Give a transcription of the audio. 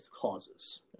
causes